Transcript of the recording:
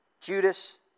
Judas